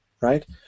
right